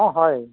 অ' হয়